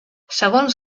segons